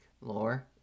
Lore